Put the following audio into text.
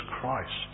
Christ